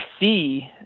see